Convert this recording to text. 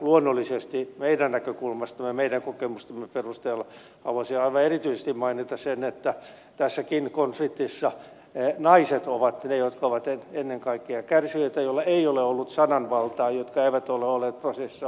luonnollisesti meidän näkökulmastamme meidän kokemustemme perusteella haluaisin aivan erityisesti mainita sen että tässäkin konfliktissa naiset ovat ne jotka ovat ennen kaikkia kärsijöitä ja joilla ei ole ollut sananvaltaa jotka eivät ole olleet prosessissa mukana